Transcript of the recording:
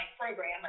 program